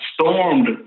stormed